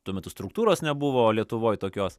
tuo metu struktūros nebuvo lietuvoj tokios